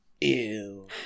Ew